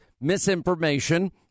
misinformation